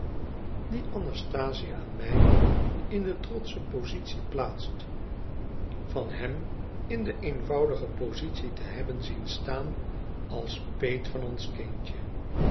die anastasia en mij in de trotsche positie plaatst van hem in de eenvoudige positie te hebben zien staan als peet van ons kindje